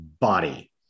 body